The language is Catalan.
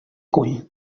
cull